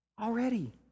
already